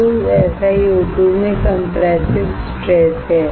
तो SiO2 में compressive stress है